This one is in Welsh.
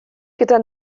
gyda